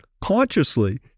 consciously